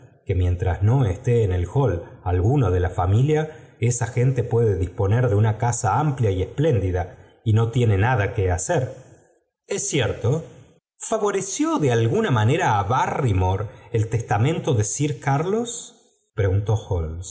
vista quettmientras no esté en el hall alguno de la familia esa gente puede disponer de una oasa amplia y esplendida y no tiene nada que hacer es cierto favoreció de alguna manera á barrymore el testamento de sir carlos preguntó